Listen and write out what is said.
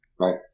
Right